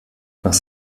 nach